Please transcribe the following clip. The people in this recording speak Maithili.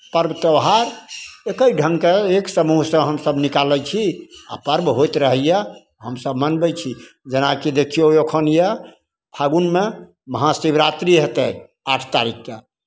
पर्व त्योहार एक्के ढङ्गसँ एक समूहसँ हमसभ निकालै छी आ पर्व होइत रहैए हमसभ मनबै छी जेनाकि देखियौ एखन यए फागुनमे महाशिवरात्रि हेतै आठ तारीखकेँ